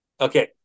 Okay